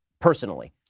personally